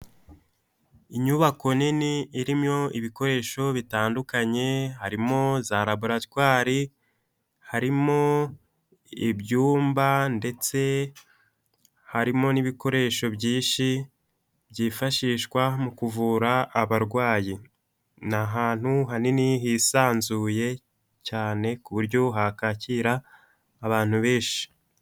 Inyubako nini irimo ibikoresho bitandukanye, harimo za raboratwari, harimo ibyumba ndetse harimo n'ibikoresho byinshi byifashishwa mu kuvura abarwayi, ni ahantu hanini hisanzuye cyane, ku buryo hakakira abantu benshi.